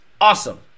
awesome